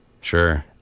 sure